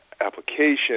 application